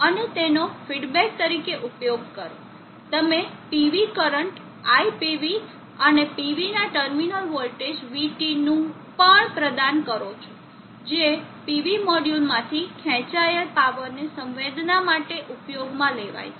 અને તેનો ફિડબેક તરીકે ઉપયોગ કરો તમે PV કરંટ iPV અને PV ના ટર્મિનલ વોલ્ટેજ vT નું પણ પ્રદાન કરો છો જે PV મોડ્યુલમાંથી ખેંચાયેલ પાવરને સંવેદના માટે ઉપયોગમાં લેવાય છે